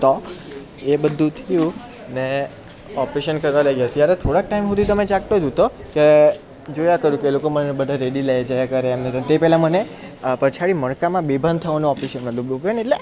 તો એ બધુ થયું અને ઓપરેશન કરવા લાગ્યા ત્યારે થોડાક ટાઈમ સુધી તો મે જાગતો જ હતો કે જોયા કરું કે એ લોકો મને બધે રેડી લે જરાતરા મુને તે પેહેલાં મને પછાડી મણકામાં બેભાન થવાનું ઓપરેશન હતું દુખે નઇ એટલે